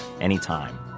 anytime